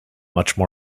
written